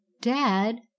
Dad